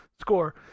score